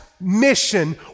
mission